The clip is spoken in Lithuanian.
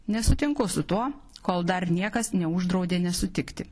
nesutinku su tuo kol dar niekas neuždraudė nesutikti